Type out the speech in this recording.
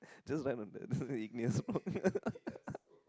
just run a band ignious rock